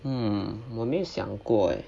mm 我没有想过 eh